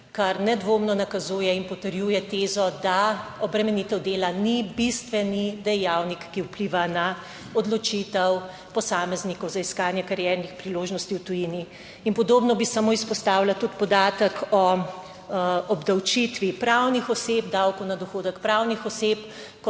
kar nedvomno nakazuje in potrjuje tezo, da obremenitev dela ni bistveni dejavnik, ki vpliva na odločitev posameznikov za iskanje kariernih priložnosti v tujini. In podobno bi samo izpostavila tudi podatek o obdavčitvi pravnih oseb, davku na dohodek pravnih oseb,